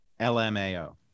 LMAO